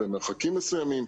במרחקים מסוימים,